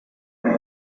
کلم